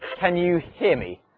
can you hear me?